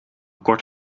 kort